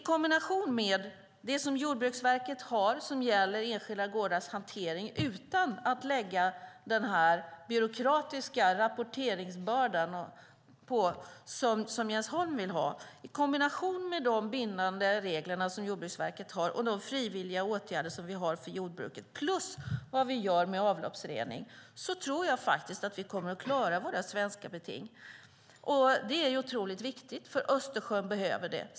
Kombinationen av de bindande regler som Jordbruksverket har för enskilda gårdars hantering och de frivilliga åtgärder som vi har för jordbruket plus vad vi gör med avloppsrening gör att jag tror att vi kommer att klara våra svenska beting utan att lägga på en byråkratisk rapporteringsbörda som Jens Holm vill ha. Det är otroligt viktigt, för Östersjön behöver det.